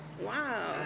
Wow